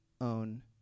own